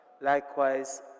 Likewise